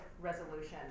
resolution